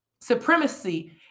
Supremacy